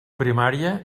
primària